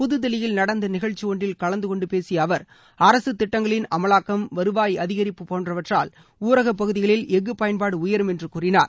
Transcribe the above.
புது தில்லியில் நடந்த நிகழ்ச்சி ஒன்றில் கலந்துகொண்டு பேசிய அவர் அரசு திட்டங்களின் அமலாக்கம் வருவாய் அதிகரிப்பு போன்றவற்றால் ஊரக பகுதிகளில் எஃகு பயன்பாடு உயரும் என்று கூறினார்